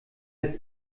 als